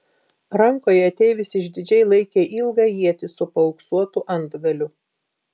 rankoje ateivis išdidžiai laikė ilgą ietį su paauksuotu antgaliu